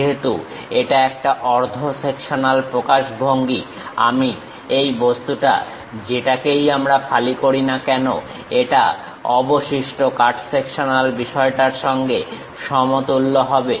যেহেতু এটা একটা অর্ধ সেকশনাল প্রকাশভঙ্গি এই বস্তুটা যেটাকেই আমরা ফালি করি না কেন এটা অবশিষ্ট কাট সেকশনাল বিষয়টার সঙ্গে সমতুল্য হবে